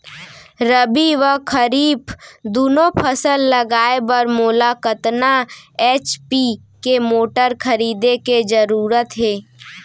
रबि व खरीफ दुनो फसल लगाए बर मोला कतना एच.पी के मोटर खरीदे के जरूरत हे?